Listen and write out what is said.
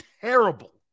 terrible